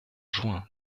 juin